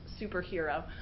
superhero